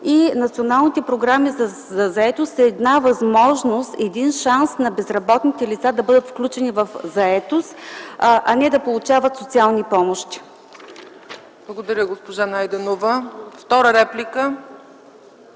Националните програми за заетост са една възможност, един шанс на безработните лица да бъдат включени в заетост, а не да получават социални помощи. ПРЕДСЕДАТЕЛ ЦЕЦКА